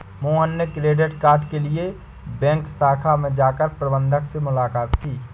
मोहन ने credit card के लिए बैंक शाखा में जाकर प्रबंधक से मुलाक़ात की